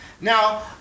Now